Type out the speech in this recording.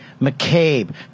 McCabe